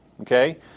okay